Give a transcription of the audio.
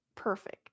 perfect